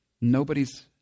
nobody's